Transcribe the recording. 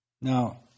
Now